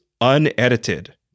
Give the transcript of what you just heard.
unedited